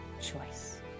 choice